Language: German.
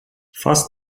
fast